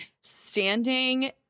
standing